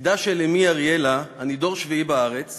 מצדה של אמי אריאלה אני דור שביעי בארץ